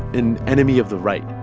an enemy of the right.